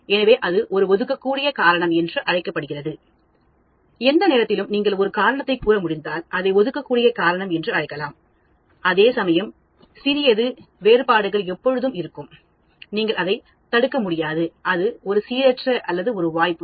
எனவே அது ஒரு ஒதுக்கக்கூடிய காரணம் என்று அழைக்கப்படுகிறது எந்த நேரத்திலும் நீங்கள் ஒரு காரணத்தை கூறமுடிந்தால் அதை ஒதுக்கக்கூடிய காரணம் என்று அழைக்கலாம் அதேசமயம் சிறியதுவேறுபாடுகள் எப்போதும் இருக்கும் நீங்கள் அதை தடுக்க முடியாது இது ஒரு சீரற்ற அல்லது ஒரு வாய்ப்பு